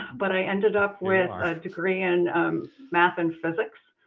but i ended up with a degree in math and physics.